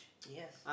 yes